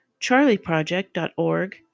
CharlieProject.org